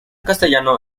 castellano